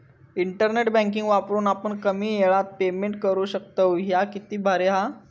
internet banking वापरून आपण कमी येळात पेमेंट करू शकतव, ह्या किती भारी हां